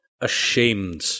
ashamed